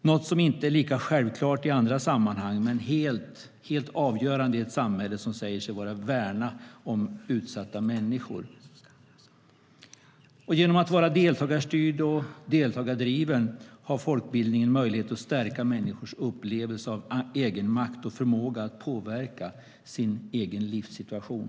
Det är något som inte är lika självklart i andra sammanhang men helt avgörande i ett samhälle som säger sig vilja värna om utsatta människor. Genom att vara deltagarstyrd och deltagardriven kan folkbildningen stärka människors upplevelse av egenmakt och förmåga att påverka sin egen livssituation.